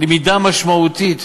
למידה משמעותית.